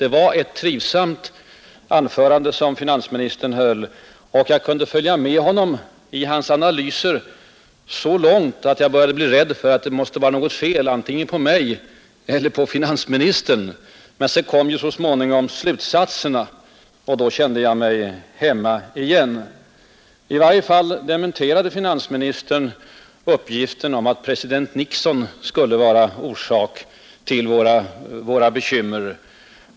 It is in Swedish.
Det var ett trivsamt anförande som finansministern höll, och jag kunde följa med honom i hans analyser så långt att jag började bli rädd för att det måste vara något fel antingen på mig eller på finansministern. Men så kom ju så småningom slutsatserna, och då kände jag mig hemma igen. I varje fall dementerade finansministern statsministerns påstående att president Nixon skulle vara orsaken till våra bekymmer.